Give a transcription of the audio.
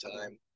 time